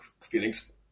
feelings